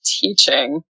teaching